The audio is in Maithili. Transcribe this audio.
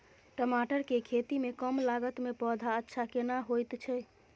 टमाटर के खेती में कम लागत में पौधा अच्छा केना होयत छै?